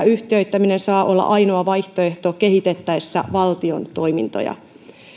yhtiöittäminen saa olla ainoa vaihtoehto kehitettäessä valtion toimintoja